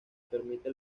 permite